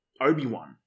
Obi-Wan